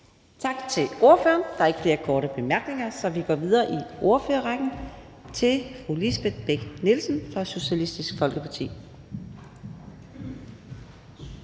tak til ordføreren. Der er ikke flere korte bemærkninger. Vi går videre i ordførerrækken til fru Mona Juul, Det Konservative Folkeparti.